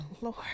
lord